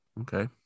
okay